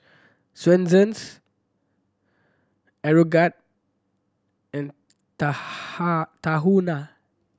Swensens Aeroguard and Tahuna